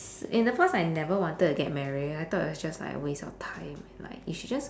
in the past I never wanted to get married I thought it was just like a waste of time and like it's just